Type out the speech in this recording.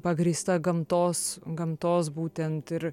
pagrįsta gamtos gamtos būtent ir